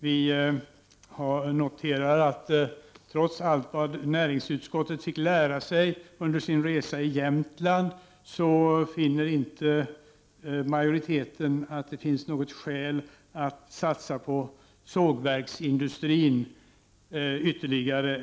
Vi noterar att trots allt vad näringsutskottet fick lära sig under sin resa i Jämtland finner inte majoriteten att det finns något skäl att satsa ytterligare på sågverksindustrin eller att se — Prot.